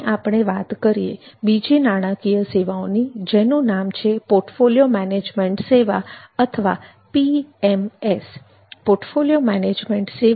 હવે આપણે વાત કરીએ બીજું નાણાકીય સેવાઓ ની જેનું નામ છે પોર્ટફોલિયો મેનેજમેન્ટ સેવા અથવા પીએમએસ